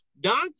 Donkey